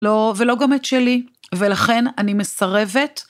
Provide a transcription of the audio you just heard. לא, ולא גם את שלי, ולכן אני מסרבת.